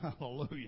Hallelujah